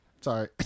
sorry